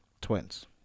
Twins